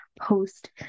post